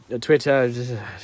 Twitter